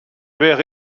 wäre